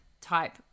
type